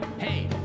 Hey